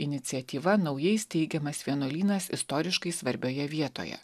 iniciatyva naujai steigiamas vienuolynas istoriškai svarbioje vietoje